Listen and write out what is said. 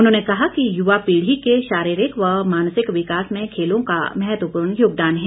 उन्होंने कहा कि युवा पीढ़ी के शारीरिक व मानसिक विकास में खेलों का महत्वपूर्ण योगदान है